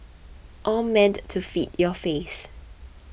all meant to feed your face